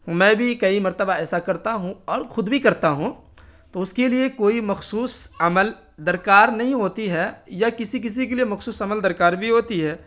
میں بھی کئی مرتبہ ایسا کرتا ہوں اور خود بھی کرتا ہوں تو اس کے لیے کوئی مخصوص عمل درکار نہیں ہوتی ہے یا کسی کسی کے لیے مخصوص عمل درکار بھی ہوتی ہے